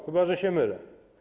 Chyba że się mylę.